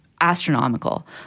astronomical